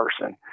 person